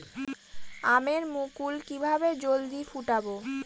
আমের মুকুল কিভাবে জলদি ফুটাব?